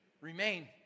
Remain